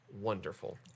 Wonderful